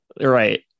Right